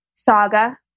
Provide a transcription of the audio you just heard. saga